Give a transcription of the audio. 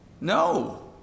no